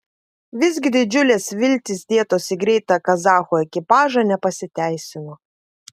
visgi didžiulės viltys dėtos į greitą kazachų ekipažą nepasiteisino